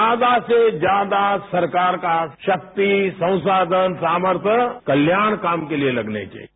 ज्यादा से ज्यादा सरकार का शक्ति स्वसाघन सामर्थय कत्याण काम के लिए लगने चाहिए